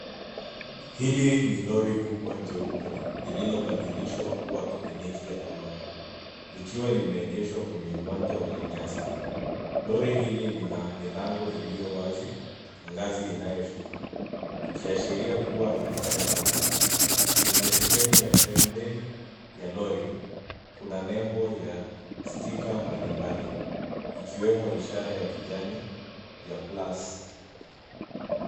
Hili ni lori kubwa jeupe, lililobadilishwa kuwa kliniki ya rununu. Likiwa limeegeshwa kwenye uwanja wenye nyasi. Lori hili lina milango iliyo wazi na ngazi inayoshuka, ikiashiria kuwa inafanya kazi. Kwenye sehemu ya pembeni ya lori kuna nembo ya sticker mbalimbali ikiwemo ishara ya kijani ya plus ].